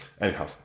Anyhow